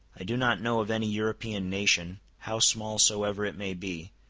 i do not know of any european nation, how small soever it may be,